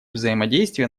взаимодействие